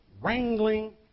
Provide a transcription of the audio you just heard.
wrangling